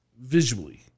visually